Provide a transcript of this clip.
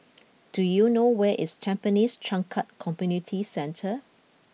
do you know where is Tampines Changkat Community Centre